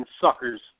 suckers